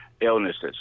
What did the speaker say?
illnesses